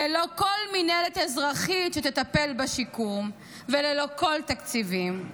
ללא כל מינהלת אזרחית שתטפל בשיקום וללא כל תקציבים.